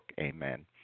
amen